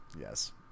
Yes